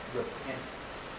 repentance